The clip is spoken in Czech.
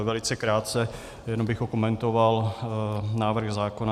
Velice krátce jenom bych okomentoval návrh zákona.